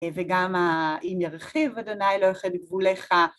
וגם אם ירחיב, ה' לא יוכל לגבולך.